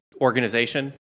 organization